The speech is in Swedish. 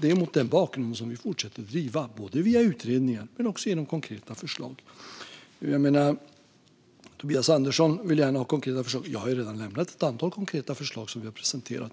det är mot den bakgrunden som vi fortsätter att driva på, genom utredningar men också konkreta förslag. Tobias Andersson vill gärna höra konkreta förslag. Jag har redan nämnt ett antal konkreta förslag som vi har presenterat.